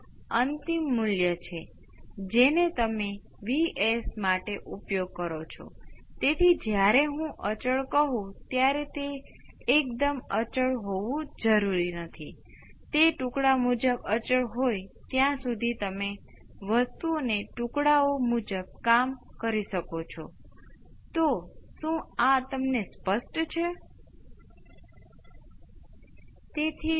આ એ છે આ આખી વસ્તુમાં કઈક અચળ છે આપણે તેને V p × એક્સપોનેનશીયલ st લાગુ કરીએ છીએ આપણે જે મેળવી રહ્યા છીએ તે અન્ય કોંસ્ટંટ Vp બાય SCR 1 જે VP કરતા થોડું નાનું હોઈ શકે છે પરંતુ મુદ્દો એ છે કે જો તમારી પાસે એક્સપોનેનશીયલ st જે ફોર્સિંગ ફંક્શન છે તો આંકડાકીય રિસ્પોન્સ પણ એક્સપોનેનશીયલ st છે